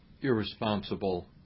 irresponsible